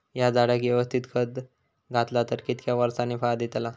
हया झाडाक यवस्तित खत घातला तर कितक्या वरसांनी फळा दीताला?